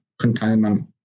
containment